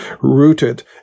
rooted